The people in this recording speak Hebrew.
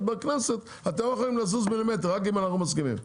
בכנסת שהם לא יכולים לזוז מילימטר אלא רק אם אתם מסכימים.